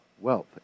wealth